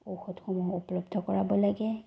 ঔষধসমূহ উপলব্ধ কৰাব লাগে